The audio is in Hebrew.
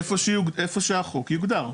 איפה שהחוק יוגדר.